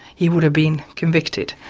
he would have been convicted.